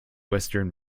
western